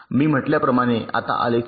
मी म्हटल्याप्रमाणे आता आलेख पाहू